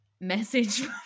message